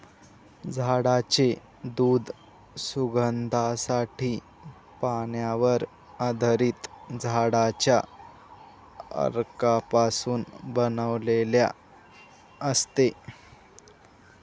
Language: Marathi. झाडांचे दूध सुगंधासाठी, पाण्यावर आधारित झाडांच्या अर्कापासून बनवलेले असते